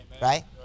right